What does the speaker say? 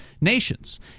nations